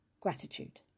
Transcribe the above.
gratitude